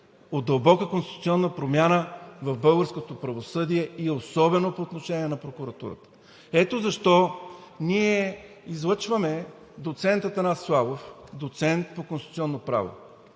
от дълбока конституционна промяна в българското правосъдие и особено по отношение на прокуратурата. Ето защо ние излъчваме доцент Атанас Славов, доцент по конституционно право,